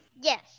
yes